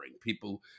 People